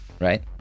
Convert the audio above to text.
Right